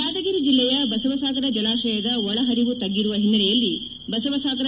ಯಾದಗಿರಿ ಜಿಲ್ಲೆಯ ಬಸವಸಾಗರ ಜಲಾಶಯದ ಒಳಹರಿವು ತಗ್ಗಿರುವ ಹಿನ್ನೆಲೆಯಲ್ಲಿ ಬಸವಸಾಗರ